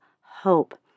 hope